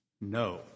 No